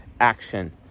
action